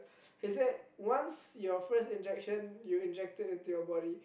they say once your first injection you injected into your body